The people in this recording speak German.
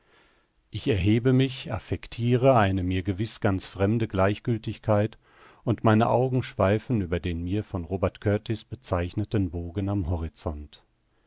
ich erhebe mich affectire eine mir gewiß ganz fremde gleichgiltigkeit und meine augen schweifen über den mir von robert kurtis bezeichneten bogen am horizont